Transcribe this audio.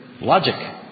logic